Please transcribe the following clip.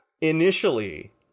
initially